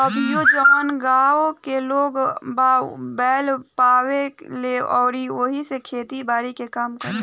अभीओ जवन गाँव के लोग बा उ बैंल पाले ले अउरी ओइसे खेती बारी के काम करेलें